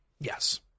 yes